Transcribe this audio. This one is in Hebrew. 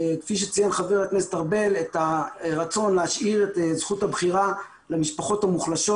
כפי שציין חה"כ ארבל את הרצון להשאיר את זכות הבחירה למשפחות המוחלשות.